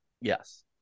Yes